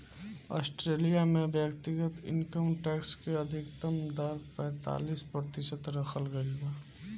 Australia में व्यक्तिगत income tax के अधिकतम दर पैतालीस प्रतिशत रखल गईल बा